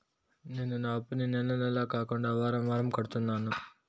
నేను నా అప్పుని నెల నెల కాకుండా వారం వారం కడుతున్నాను